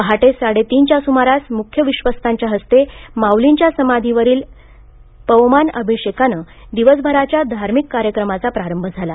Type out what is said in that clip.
पहाटे साडेतीनच्या सुमारास मुख्य विश्वस्तांच्या हस्ते माउलींच्या समाधीवरील पवमान अभिषेकाने दिवसभराच्या धार्मिक कार्यक्रमाचा प्रारंभ झाला